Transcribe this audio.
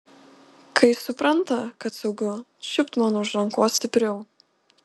kai supranta kad saugu čiupt man už rankos stipriau